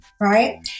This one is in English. Right